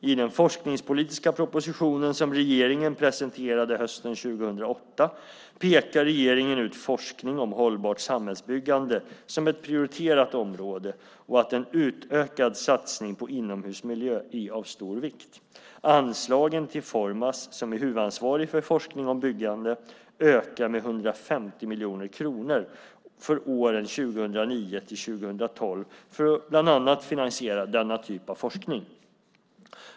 I den forskningspolitiska propositionen som regeringen presenterade hösten 2008 pekar regeringen ut forskning om hållbart samhällsbyggande som ett prioriterat område och att en utökad satsning på inomhusmiljö är av stor vikt. Anslagen till Formas, som är huvudansvarig för forskning om byggande, ökar med 150 miljoner kronor för åren 2009-2012 för att bland annat finansiera denna typ av forskning.